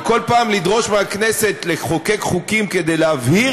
וכל פעם לדרוש מהכנסת לחוקק חוקים כדי להבהיר